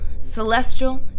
celestial